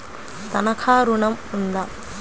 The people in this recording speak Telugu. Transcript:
తనఖా ఋణం ఉందా?